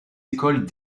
écoles